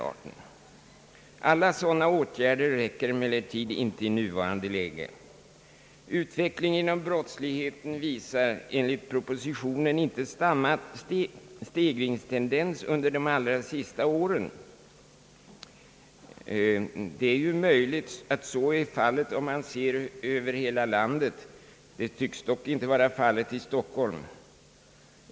Alla sådana åtgärder räcker emellertid inte i nuvarande läge. Brottslighetens utveckling visar enligt propositionen inte samma stegringstendens under de allra senaste åren som tidigare. Det är ju möjligt att så är fallet, om man ser över hela landet, men det tycks inte gälla i Stockholm.